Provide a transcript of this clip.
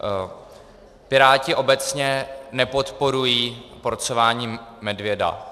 Piráti obecně nepodporují porcování medvěda.